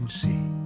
see